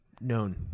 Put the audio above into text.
known